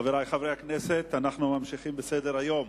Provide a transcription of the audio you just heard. חברי חברי הכנסת, אנו ממשיכים בסדר-היום.